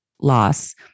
loss